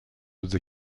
autres